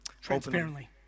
transparently